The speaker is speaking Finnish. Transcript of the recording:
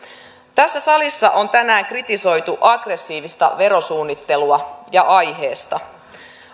tässä salissa on tänään kritisoitu aggressiivista verosuunnittelua ja aiheesta